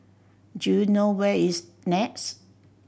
do you know where is NEX